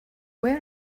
where